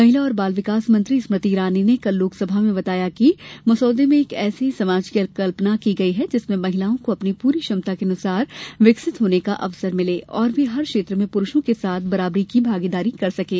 महिला और बाल विकास मंत्री स्मृति ईरानी ने कल लोकसभा में बताया कि मसौदे में एक ऐसे समाज की कल्पना की गई है जिसमें महिलाओं को अपनी पूरी क्षमता के अनुसार विकसित होने का अवसर मिले और वे हर क्षेत्र में प्रूषों के साथ बराबर की भागीदारी बन सकें